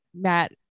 Matt